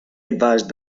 advised